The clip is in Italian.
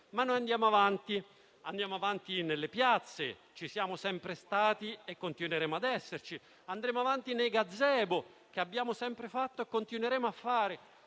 Ma noi andiamo avanti: andiamo avanti nelle piazze, dove siamo sempre stati e continueremo ad esserci, e andiamo avanti nei gazebo, che abbiamo sempre fatto e continueremo a fare.